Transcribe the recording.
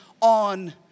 on